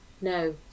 No